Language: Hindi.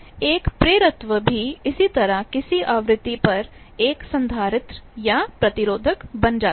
एक इंडक्टर भी इसी तरह किसी आवृत्ति पर एक कपैसिटर capacitorसंधारित्र या रेसिस्टर बन जाता है